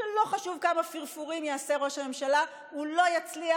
ולא חשוב כמה פרפורים יעשה ראש הממשלה הוא לא יצליח,